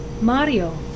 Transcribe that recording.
Mario